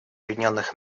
объединенных